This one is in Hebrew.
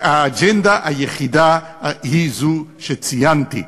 האג'נדה היחידה היא זו שציינתי,